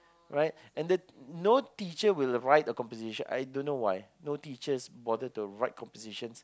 right and the no teacher will write a composition I don't know why no teachers bother to write compositions